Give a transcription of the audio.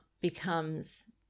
becomes